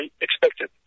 expected